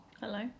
Hello